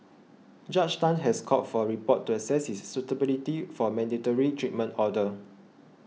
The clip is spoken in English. Judge Tan has called for a report to access his suitability for a mandatory treatment order